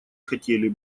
хотели